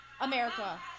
America